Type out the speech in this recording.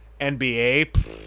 NBA